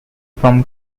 from